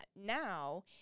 now